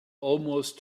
almost